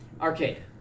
Arcade